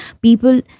people